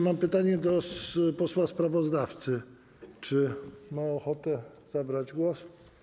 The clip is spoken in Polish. Mam pytanie do posła sprawozdawcy, czy ma ochotę zabrać głos.